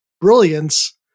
brilliance